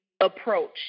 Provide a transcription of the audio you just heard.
approach